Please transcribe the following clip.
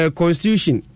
constitution